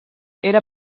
era